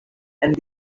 and